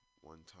one-time